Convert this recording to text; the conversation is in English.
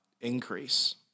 increase